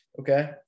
Okay